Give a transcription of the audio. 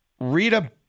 Rita